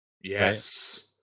Yes